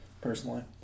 personally